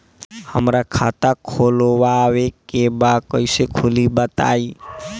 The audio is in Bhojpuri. हमरा खाता खोलवावे के बा कइसे खुली बताईं?